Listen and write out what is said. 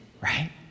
right